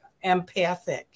empathic